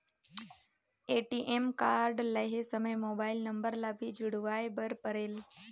ATM card लहे समय mobile number ला भी जुड़वाए बर परेल?